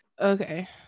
okay